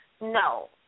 No